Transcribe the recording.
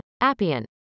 appian